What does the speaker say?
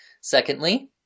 Secondly